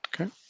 okay